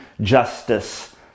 justice